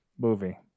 movie